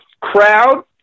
crowd